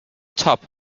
top